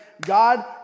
God